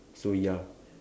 so ya